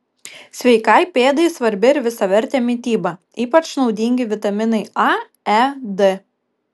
sveikai pėdai svarbi ir visavertė mityba ypač naudingi vitaminai a e d